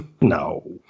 no